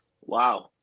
Wow